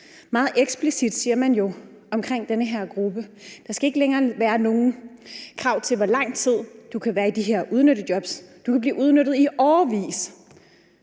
Meget eksplicit siger man jo omkring den her gruppe, at der ikke længere skal være nogen krav til, hvor lang tid du kan være i de her udnyttejobs, og du kan blive udnyttet i årevis,